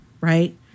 right